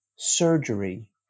Surgery